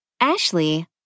Ashley